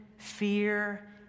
fear